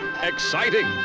exciting